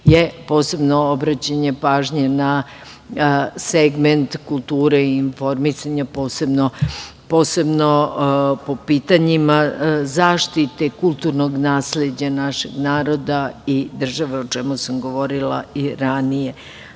je posebno obraćanje pažnje na segment kulture i informisanja, posebno po pitanjima zaštite kulturnog nasleđa našeg naroda i države, o čemu sam govorila i ranije. Nikada